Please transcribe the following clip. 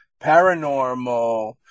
paranormal